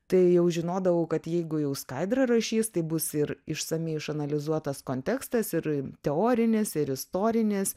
tai jau žinodavau kad jeigu jau skaidra rašys tai bus ir išsamiai išanalizuotas kontekstas ir teorinis ir istorinis